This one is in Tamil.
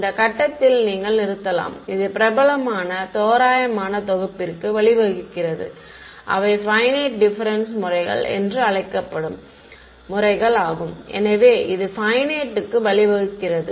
இந்த கட்டத்தில் நீங்கள் நிறுத்தலாம் இது பிரபலமான தோராயமான தொகுப்பிற்கு வழிவகுக்கிறது அவை பையனைட் டிப்பெரன்ஸ் முறைகள் என்று அழைக்கப்படும் முறைகள் ஆகும் எனவே இது பையனைட்க்கு வழிவகுக்கிறது